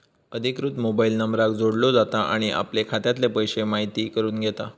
अधिकृत मोबाईल नंबराक जोडलो जाता आणि आपले खात्यातले पैशे म्हायती करून घेता